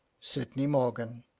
sydney morgan.